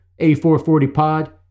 A440Pod